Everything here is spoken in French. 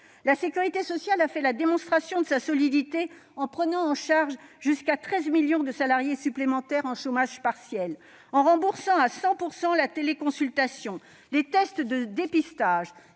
concitoyens. Elle a fait la démonstration de sa solidité, en prenant en charge jusqu'à 13 millions de salariés supplémentaires en chômage partiel, en remboursant à 100 % la téléconsultation et les tests de dépistage,